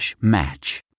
match